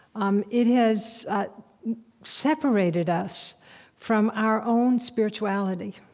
um it has separated us from our own spirituality.